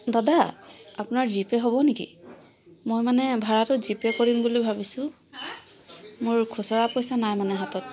দাদা আপোনাৰ জিপে' হ'ব নেকি মই মানে ভাৰাটো জিপে' কৰিম বুলি ভাবিছো মোৰ খুচৰা পইচা নাই মানে হাতত